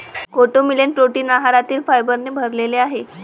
कोडो millet protein आहारातील फायबरने भरलेले आहे